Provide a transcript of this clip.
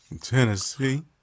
Tennessee